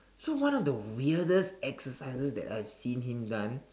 so one of the weirdest exercises that I have seen him done